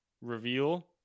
reveal